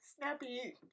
snappy